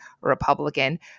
Republican